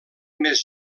més